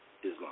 Islam